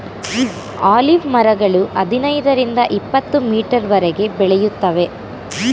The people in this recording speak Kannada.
ಆಲೀವ್ ಮರಗಳು ಹದಿನೈದರಿಂದ ಇಪತ್ತುಮೀಟರ್ವರೆಗೆ ಬೆಳೆಯುತ್ತವೆ